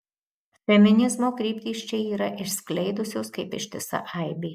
feminizmo kryptys čia yra išskleidusios kaip ištisa aibė